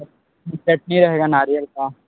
चटनी रहेगा नारियल का